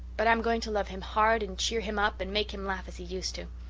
but i'm going to love him hard and cheer him up and make him laugh as he used to.